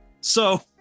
So-